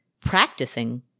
practicing